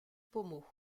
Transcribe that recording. pommeau